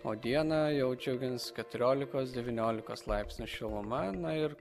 o dieną jau džiugins keturiolikos devyniolikos laipsnių šiluma na ir